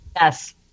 Yes